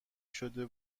شده